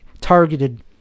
targeted